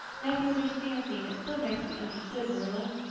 matthew understands me, and it's so nice to be understood, marilla.